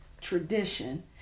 tradition